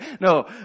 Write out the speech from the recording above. No